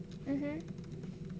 mmhmm